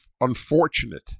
unfortunate